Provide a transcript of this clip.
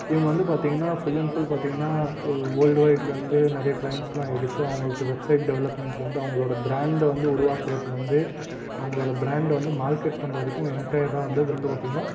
இவங்க வந்து பார்த்தீங்கன்னா ஃபுல் அண்ட் ஃபுல் பார்த்தீங்கன்னா வேர்ல்ட் வைட்டில இருந்து நிறைய க்ளைன்ட்ஸ் எல்லாம் எடுத்து அவங்களுக்கு வெப்சைட் டெவலப்மெண்ட்லேருந்து அவங்களோட ப்ராண்டை வந்து உருவாக்குறதுலேருந்து அவங்களோட ப்ராண்டை வந்து மார்க்கெட் பண்ணுற வரைக்கும் என்ட்டையராக வந்து வந்து பார்த்தீங்கன்னா